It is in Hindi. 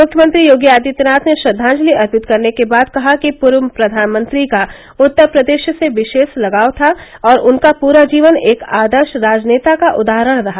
मुख्यमंत्री योगी आदित्यनाथ ने श्रद्वांजलि अर्पित करने के बाद कहा कि पूर्व प्रधानमंत्री का उत्तर प्रदेश से विशेष लगाव था और उनका प्रा जीवन एक आदर्श राजनेता का उदाहरण रहा